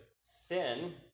sin